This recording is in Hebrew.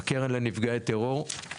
הקרן לנפגעי טרור.